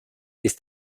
ist